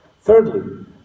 Thirdly